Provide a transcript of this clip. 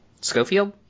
Schofield